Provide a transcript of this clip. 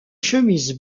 chemise